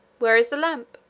where is the lamp?